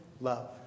Love